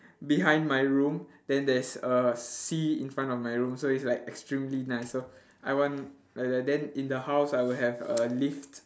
behind my room then there's a sea in front of my room so it's like extremely nice so I want like the then in the house I will have a lift